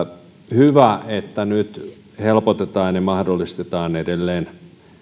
hyvä että nyt helpotetaan ja mahdollistetaan edelleen